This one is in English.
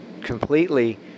completely